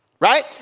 Right